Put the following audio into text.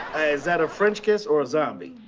that a french kiss or a zombie?